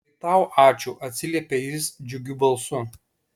tai tau ačiū atsiliepia jis džiugiu balsu